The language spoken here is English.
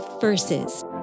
Verses